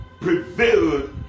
prevailed